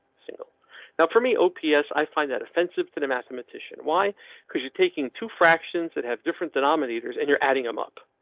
single now for me. oh ps i find that offensive to the mathematician. why could you taking two fractions that have different denominators and you're adding him up?